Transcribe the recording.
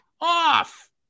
off